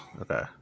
Okay